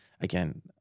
again